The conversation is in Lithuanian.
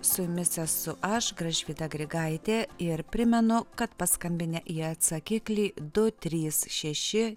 su jumis esu aš gražvyda grigaitė ir primenu kad paskambinę į atsakiklį du trys šeši